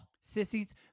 sissies